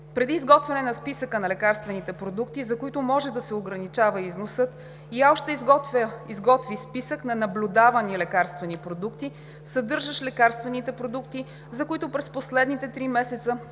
Преди изготвяне на списъка на лекарствените продукти, за които може да се ограничава износът, ИАЛ ще изготви списък на наблюдавани лекарствени продукти, съдържащ лекарствените продукти, за които през последните три месеца